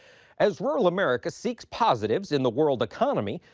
as rural america seeks positives in the world economy,